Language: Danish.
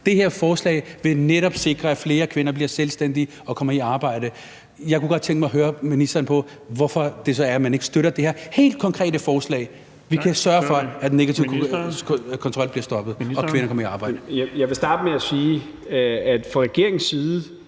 det her forslag vil netop sikre, at flere kvinder bliver selvstændige og kommer i arbejde. Jeg kunne godt tænke mig at høre ministeren om, hvorfor man så ikke støtter det her helt konkrete forslag. Vi kan sørge for, at negativ kontrol bliver stoppet, og at kvinder kommer i arbejde. Kl. 13:44 Den fg. formand